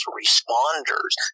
responders